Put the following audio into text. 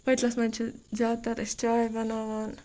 پٔتلَس مَنٛز چھِ زیاد تَر أسۍ چاے بَناوان